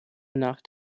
nach